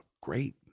great